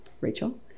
Rachel